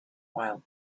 while